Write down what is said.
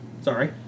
Sorry